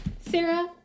sarah